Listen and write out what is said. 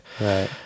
Right